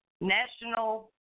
National